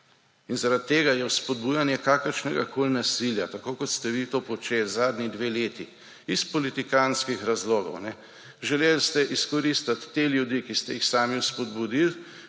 In zaradi tega je spodbujanje kakršnegakoli nasilja, tako kot ste vi to počeli zadnji dve leti, iz politikantskih razlogov, želeli ste izkoristiti te ljudi, ki ste jih samo spodbudili,